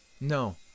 No